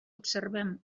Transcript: observem